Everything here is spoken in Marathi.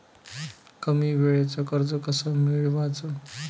कमी वेळचं कर्ज कस मिळवाचं?